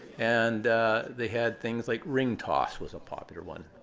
and they had things like ring toss was a popular one.